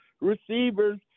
receivers